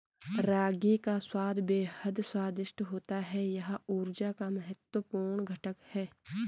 रागी का स्वाद बेहद स्वादिष्ट होता है यह ऊर्जा का महत्वपूर्ण घटक है